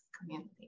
community